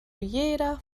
jeder